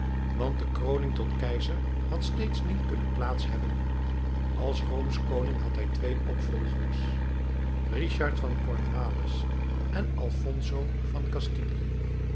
want de kroning tot keizer had steeds niet kunnen plaats hebben als roomsch koning had hij twee opvolgers richard van cornwales en alfonso van